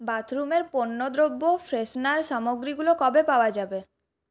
বাথরুমের পণ্যদ্রব্য ফ্রেশনার সামগ্রীগুলো কবে পাওয়া যাবে